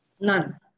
None